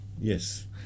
Yes